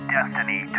Destiny